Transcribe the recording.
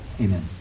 Amen